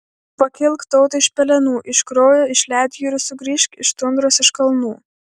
pakilk tauta iš pelenų iš kraujo iš ledjūrių sugrįžk iš tundros iš kalnų